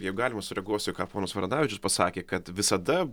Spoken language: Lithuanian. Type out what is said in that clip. jeigu galima sureaguosiu ką ponas varanavičius pasakė kad visada